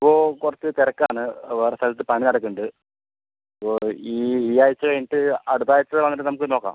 ഇപ്പോൾ കുറച്ച് തിരക്കാണ് വേറെ സ്ഥലത്ത് പണി നടക്കുന്നുണ്ട് അപ്പോൾ ഈ ഈയാഴ്ച കഴിഞ്ഞിട്ട് അടുത്താഴ്ച വന്നിട്ട് നമുക്ക് നോക്കാം